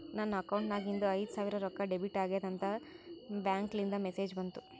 ನನ್ ಅಕೌಂಟ್ ನಾಗಿಂದು ಐಯ್ದ ಸಾವಿರ್ ರೊಕ್ಕಾ ಡೆಬಿಟ್ ಆಗ್ಯಾದ್ ಅಂತ್ ಬ್ಯಾಂಕ್ಲಿಂದ್ ಮೆಸೇಜ್ ಬಂತು